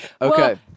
Okay